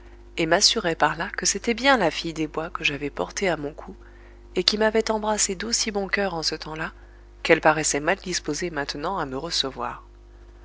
et m'assurai par là que c'était bien la fille des bois que j'avais portée à mon cou et qui m'avait embrassé d'aussi bon coeur en ce temps-là qu'elle paraissait mal disposée maintenant à me recevoir